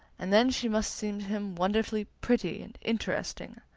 and then she must seem to him wonderfully pretty and interesting.